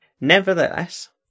Nevertheless